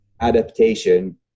adaptation